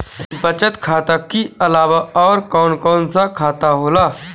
बचत खाता कि अलावा और कौन कौन सा खाता होला?